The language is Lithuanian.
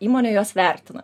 įmonė juos vertina